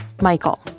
Michael